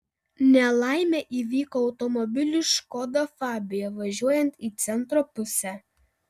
nelaimė įvyko automobiliui škoda fabia važiuojant į centro pusę